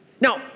Now